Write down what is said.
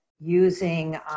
using